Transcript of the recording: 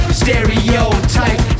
stereotype